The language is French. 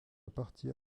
partie